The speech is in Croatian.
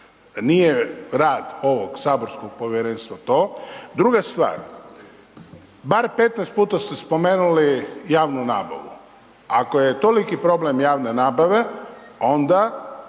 Nije rad ovog saborskog povjerenstva to. Druga stvar, bar 15 puta ste spomenuli javnu nabavu. Ako je toliki problem javne nabave, onda